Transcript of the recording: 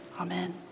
Amen